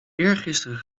eergisteren